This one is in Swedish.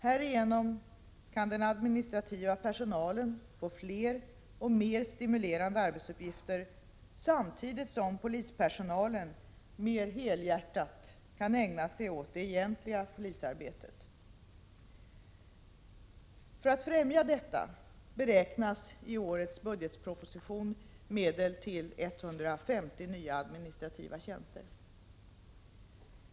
Härigenom kan den administrativa personalen få fler och mer stimulerande arbetsuppgifter samtidigt som polispersonalen mer helhjärtat kan ägna sig åt det egentliga polisarbetet. För att främja detta beräknas i budgetpropositionen medel till 150 nya administrativa tjänster.